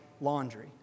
laundry